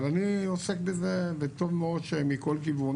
אני עוסק בזה וטוב מאוד שמכל כיוון